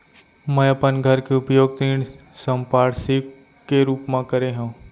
मै अपन घर के उपयोग ऋण संपार्श्विक के रूप मा करे हव